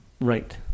Right